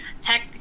tech